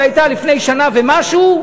שהייתה לפני שנה ומשהו,